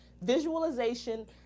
visualization